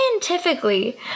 scientifically